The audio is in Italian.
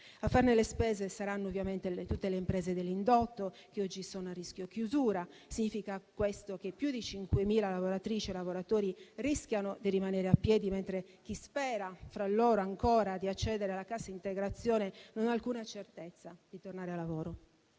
A farne le spese saranno ovviamente tutte le imprese dell'indotto che oggi sono a rischio chiusura. Ciò significa che più di 5.000 lavoratrici e lavoratori rischiano di rimanere a piedi mentre chi, tra loro, spera ancora di accedere alla cassa integrazione non ha alcuna certezza di tornare a lavoro,